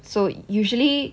so usually